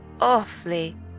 Awfully